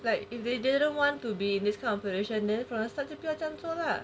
like if they didn't want to be in this kind of position then from the start 就不要这样做 lah